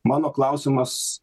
mano klausimas